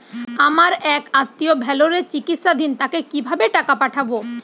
আমার এক আত্মীয় ভেলোরে চিকিৎসাধীন তাকে কি ভাবে টাকা পাঠাবো?